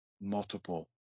multiple